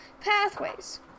pathways